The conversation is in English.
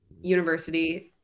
university